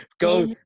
Go